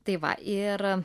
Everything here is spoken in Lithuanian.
tai va ir